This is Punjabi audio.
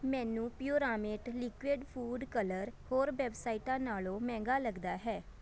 ਮੈਨੂੰ ਪਿਓਰਾਮੇਟ ਲਿਕੁਇਡ ਫ਼ੂਡ ਕਲਰ ਹੋਰ ਵੈੱਬਸਾਈਟਾਂ ਨਾਲੋਂ ਮਹਿੰਗਾ ਲੱਗਦਾ ਹੈ